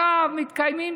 עכשיו מתקיימים